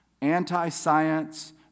anti-science